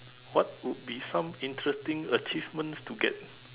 what would be some interesting achievements to get